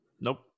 nope